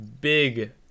big